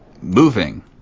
Moving